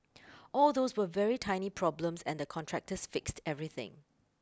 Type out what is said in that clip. all those were very tiny problems and the contractors fixed everything